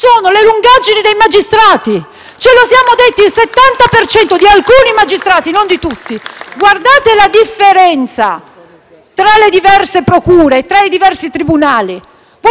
sono le lungaggini dei magistrati. *(Applausi dal Gruppo FI-BP)*. Di alcuni magistrati, non di tutti. Guardate la differenza tra le diverse procure e tra i diversi tribunali.